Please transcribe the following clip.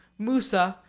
musa,